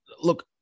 look